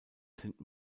sind